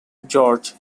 george